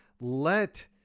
let